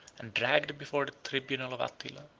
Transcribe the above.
and dragged before the tribunal of attila,